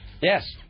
Yes